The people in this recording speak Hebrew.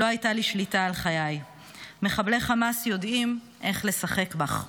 לא הייתה לי שליטה על חיי"; "מחבלי חמאס יודעים איך לשחק בך.